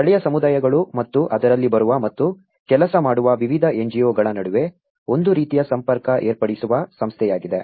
ಸ್ಥಳೀಯ ಸಮುದಾಯಗಳು ಮತ್ತು ಅದರಲ್ಲಿ ಬರುವ ಮತ್ತು ಕೆಲಸ ಮಾಡುವ ವಿವಿಧ NGO ಗಳ ನಡುವೆ ಒಂದು ರೀತಿಯ ಸಂಪರ್ಕ ಏರ್ಪಡಿಸುವ ಸಂಸ್ಥೆಯಾಗಿದೆ